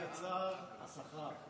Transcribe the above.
בגמרא, לפי הצער, השכר.